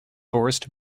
forest